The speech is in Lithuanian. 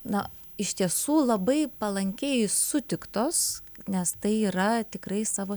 na iš tiesų labai palankiai sutiktos nes tai yra tikrai savo